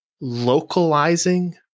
localizing